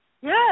Yes